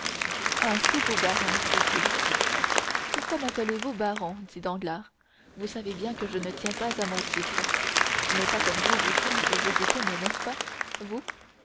ah c'est vous baron dit-il pourquoi m'appelez-vous baron dit danglars vous savez bien que je ne tiens pas à mon titre ce n'est pas comme vous vicomte vous y tenez n'est-ce pas vous